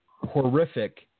horrific